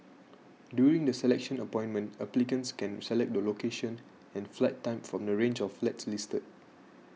during the selection appointment applicants can select the location and flat type from the range of flats listed